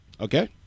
Okay